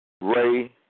Ray